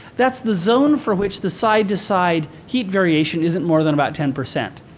that's the zone for which the side to side heat variation isn't more than about ten percent.